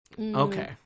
Okay